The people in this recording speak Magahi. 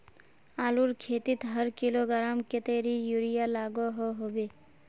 आलूर खेतीत हर किलोग्राम कतेरी यूरिया लागोहो होबे?